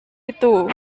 itu